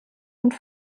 und